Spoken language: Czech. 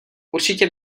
určitě